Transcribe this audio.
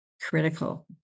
critical